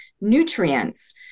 nutrients